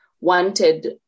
wanted